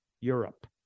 Europe